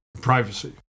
privacy